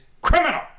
criminal